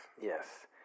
Yes